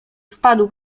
wpadł